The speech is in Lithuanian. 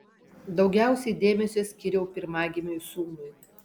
daugiausiai dėmesio skyriau pirmagimiui sūnui